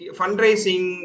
fundraising